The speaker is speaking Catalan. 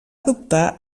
adoptar